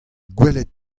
gwelet